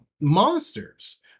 monsters